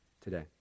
today